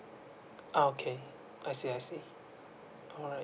okay I see I see all right